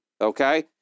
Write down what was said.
okay